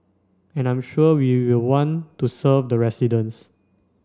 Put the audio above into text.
and I'm sure we will want to serve the residents